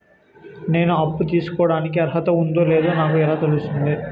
నేను అప్పు తీసుకోడానికి అర్హత ఉందో లేదో నాకు ఎలా తెలుస్తుంది?